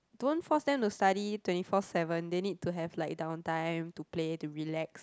don't force them to study twenty four seven they need to have like downtime to play to relax